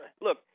Look